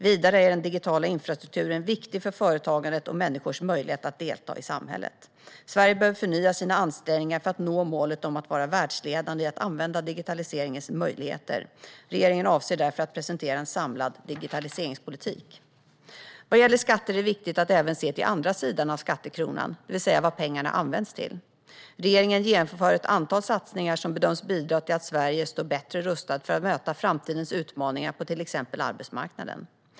Vidare är den digitala infrastrukturen viktig för företagande och människors möjlighet att delta i samhället. Sverige behöver förnya sina ansträngningar för att nå målet om att vara världsledande i att använda digitaliseringens möjligheter. Regeringen avser därför att presentera en samlad digitaliseringspolitik. Vad gäller skatter är det viktigt att även se den andra sidan av skattekronan, det vill säga vad pengarna används till. Regeringen genomför ett antal satsningar som bedöms bidra till att Sverige står bättre rustat för att möta framtidens utmaningar på till exempel arbetsmarknaden.